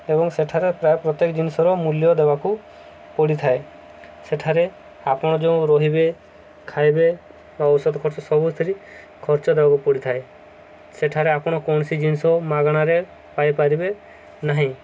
ଏବଂ ସେଠାରେ ପ୍ରାୟ ପ୍ରତ୍ୟେକ ଜିନିଷର ମୂଲ୍ୟ ଦେବାକୁ ପଡ଼ିଥାଏ ସେଠାରେ ଆପଣ ଯୋଉଁ ରହିବେ ଖାଇବେ ବା ଔଷଧ ଖର୍ଚ୍ଚ ସବୁ ସେଠି ଖର୍ଚ୍ଚ ଦେବାକୁ ପଡ଼ିଥାଏ ସେଠାରେ ଆପଣ କୌଣସି ଜିନିଷ ମାଗଣାରେ ପାଇପାରିବେ ନାହିଁ